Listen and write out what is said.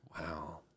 Wow